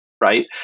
right